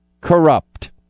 corrupt